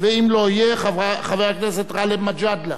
ואם לא יהיה, חבר הכנסת גאלב מג'אדלה,